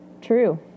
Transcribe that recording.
true